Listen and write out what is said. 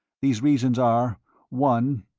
these reasons are one,